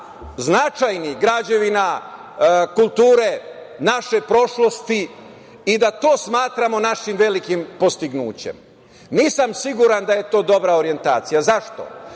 značajnih građevina kulture, naše prošlosti i da to smatramo našim velikim dostignućem. Nisam siguran da je to dobra orijentacija. Zašto?